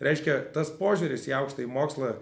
reiškia tas požiūris į aukštąjį mokslą